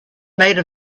made